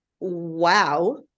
wow